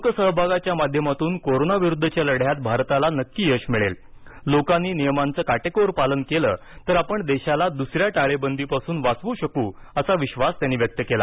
लोकसहभागाच्या माध्यमातून कोरोना विरुद्धच्या लढ्यात भारताला नक्की यश मिळेल लोकांनी नियमांचं काटेकोर पालन केलं तर आपण देशाला दुसऱ्या टाळेबंदीपासून वाचवू शकू असा विश्वास त्यांनी व्यक्त केला